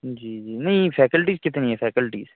जी जी नहीं फैकल्टीज़ कितनी है फैकल्टीज़